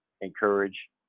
encourage